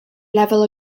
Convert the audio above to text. lefel